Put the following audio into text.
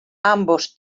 ambos